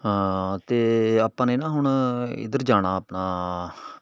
ਹਾਂ ਤੇ ਆਪਾਂ ਨੇ ਨਾ ਹੁਣ ਇੱਧਰ ਜਾਣਾ ਆਪਣਾ